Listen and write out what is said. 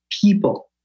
people